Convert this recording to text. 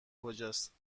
کجاست